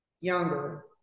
younger